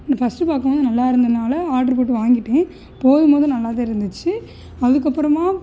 first பார்க்கும் போது நல்லாருந்ததுனால ஆர்ட்ரு போட்டு வாங்கிவிட்டேன் போடும்போது நல்லா தான் இருந்துச்சு அதுக்கப்புறமா